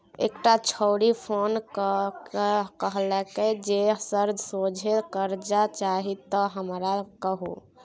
एकटा छौड़ी फोन क कए कहलकै जे सर सोझे करजा चाही त हमरा कहु